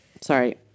Sorry